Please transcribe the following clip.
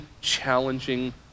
challenging